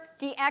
dx